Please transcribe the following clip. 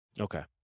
Okay